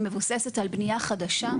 היא מבוססת על בנייה חדשה,